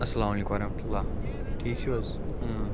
اَسَلامُ علیکُم وَرَحمَتُہ للہ ٹھیٖک چھِو حٕظ اۭں